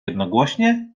jednogłośnie